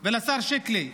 ולשר שיקלי,